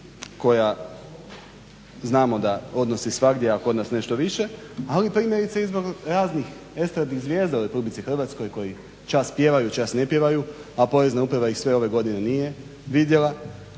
koja znamo da odnosi svagdje, a kod nas nešto više. Ali primjerice izvan raznih estradnih zvijezda u Republici Hrvatskoj koji čas pjevaju, čas ne pjevaju a Porezna uprava ih sve ove godine nije vidjela,